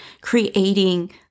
creating